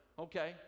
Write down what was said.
okay